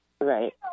Right